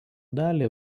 dalį